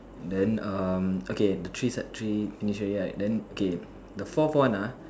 then um okay the three set three finish already right then okay the fourth one ah